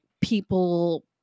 people –